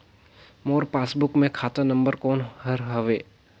मोर passbook मे खाता number कोन हर हवे?